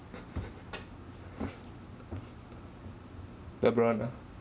lebron ah